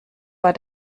war